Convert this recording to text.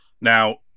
now